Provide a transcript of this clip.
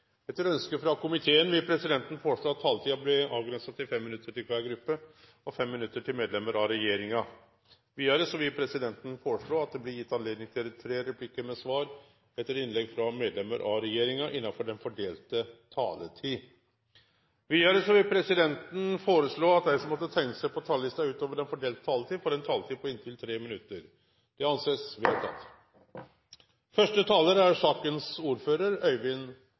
regjeringa. Vidare vil presidenten foreslå at det blir gjeve anledning til tre replikkar med svar etter innlegg frå medlemer av regjeringa innanfor den fordelte taletida. Vidare vil presidenten foreslå at dei som måtte teikne seg på talarlista utover den fordelte taletida, får ei taletid på inntil 3 minutt. – Det